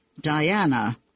Diana